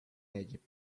egypt